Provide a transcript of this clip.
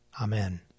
Amen